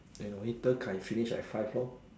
then later Kai finish at five lor